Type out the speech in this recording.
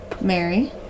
Mary